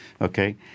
Okay